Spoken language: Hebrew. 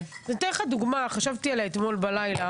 נותנת לך קרדיט ציבורי,